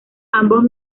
ambos